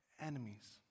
enemies